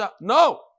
No